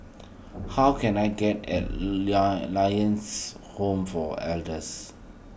how can I get Lions Home for Elders